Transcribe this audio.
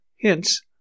hence